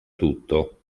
tutto